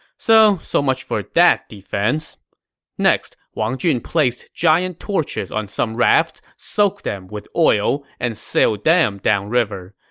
so, so much for that defense next, wang jun placed giant torches on some rafts, soaked them with oil, and sailed them down river.